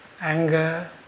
anger